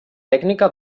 tècnica